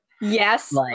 yes